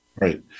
Right